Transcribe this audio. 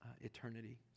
eternity